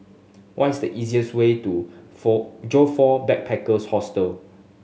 what is the easiest way to four Joyfor Backpackers' Hostel